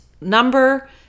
number